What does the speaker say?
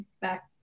back